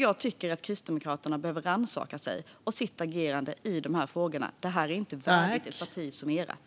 Jag tycker att Kristdemokraterna behöver rannsaka sig och sitt agerande i de här frågorna. Det är inte värdigt ett parti som ert.